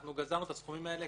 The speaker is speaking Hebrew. גזרנו את הסכומים האלה,